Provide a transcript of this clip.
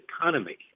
economy